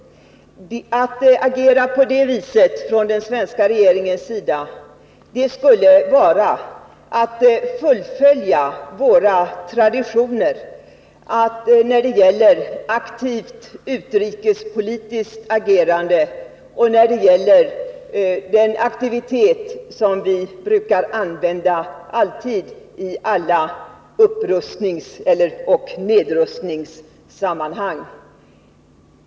Om den svenska regeringen agerade på det sättet skulle det vara att fullfölja våra traditioner i fråga om aktivt utrikespolitiskt handlande och när det gäller den aktivitet som vi alltid brukar utveckla i alla upprustningsoch nedrustningssammanhang.